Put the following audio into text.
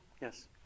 Yes